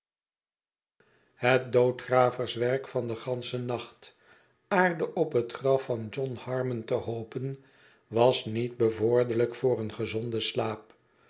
het doodgraverswerk van den ganschen nacht aarde op het graf van john harmon te hoppen was niet bevorderlijk voor een gezonden slaap